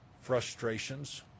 frustrations